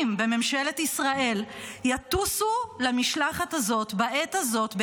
בממשלת ישראל יטוסו למשלחת הזאת בעת הזאת,